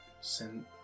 Send